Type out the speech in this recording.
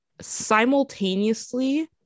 simultaneously